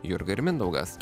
jurga ir mindaugas